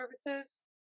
services